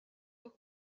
och